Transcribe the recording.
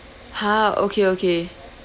!huh! okay okay